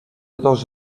dos